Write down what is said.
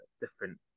different